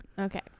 Okay